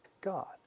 God